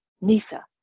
nisa